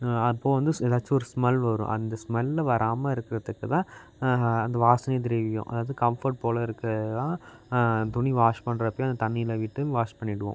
அப்போது வந்து எதாச்சும் ஒரு ஸ்மெல் வரும் அந்த ஸ்மெல்லு வராமல் இருக்கிறத்துக்கு தான் அந்த வாசனை திரவியம் அதாவது கம்ஃபோர்ட் போல் இருக்கிறது தான் துணி வாஷ் பண்றப்போயும் அந்த தண்ணியில் விட்டு வாஷ் பண்ணிவிடுவோம்